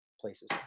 places